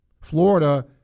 Florida